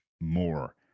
more